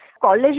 College